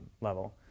level